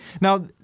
Now